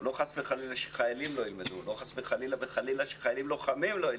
לא חס וחלילה שחיילים לא ילמדו,